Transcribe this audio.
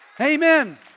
Amen